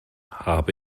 habe